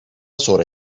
sonra